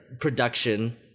production